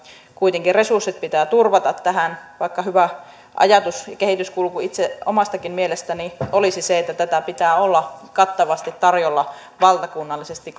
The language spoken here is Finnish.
kuitenkin resurssit pitää turvata tähän vaikka hyvä ajatus ja kehityskulku omastakin mielestäni olisi se että tätä pitää olla kattavasti tarjolla valtakunnallisesti